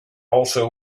also